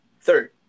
Third